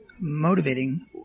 motivating